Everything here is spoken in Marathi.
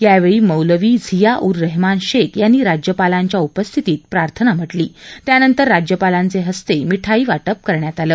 यावेळी मौलवी झिया उर रहमान शेख यांनी राज्यपालांच्या उपस्थितीत प्रार्थना म्हाज्ञी त्यानंतर राज्यपालांच्या हस्ते मिठाई वा पि करण्यात आलं